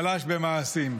חלש במעשים.